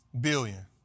billion